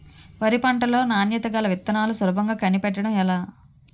వరి పంట లో నాణ్యత గల విత్తనాలను సులభంగా కనిపెట్టడం ఎలా?